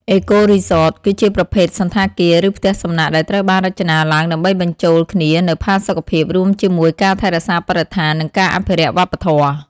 អេកូរីសតគឺជាប្រភេទសណ្ឋាគារ ឬផ្ទះសំណាក់ដែលត្រូវបានរចនាឡើងដើម្បីបញ្ចូលគ្នានូវផាសុកភាព រួមជាមួយការថែរក្សាបរិស្ថាន និងការអភិរក្សវប្បធម៌។